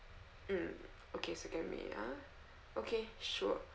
mm okay second week ya okay sure